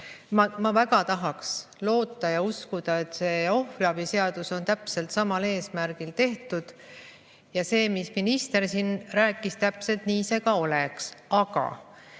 Ma väga tahaks loota ja uskuda, et see ohvriabi seadus on täpselt sellel eesmärgil tehtud ja et see, mida minister siin rääkis, täpselt nii ka on. Aga